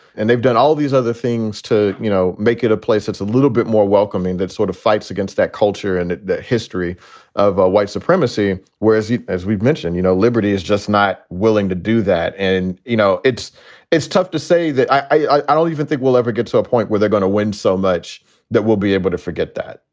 and they've done all of these other things to you know make it a place that's a little bit more welcoming, that sort of fights against that culture and the history of ah white supremacy. whereas as we've mentioned, you know, liberty is just not willing to do that. and, and you know, it's it's tough to say that i don't even think we'll ever get to so a point where they're going to win so much that we'll be able to forget that.